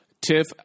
Tiff